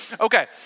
Okay